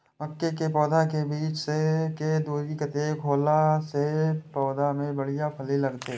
मके के पौधा के बीच के दूरी कतेक होला से पौधा में बढ़िया फली लगते?